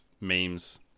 memes